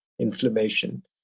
inflammation